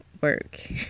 work